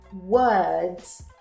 words